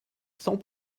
cent